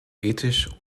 ethisch